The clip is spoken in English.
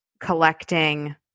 collecting